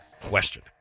question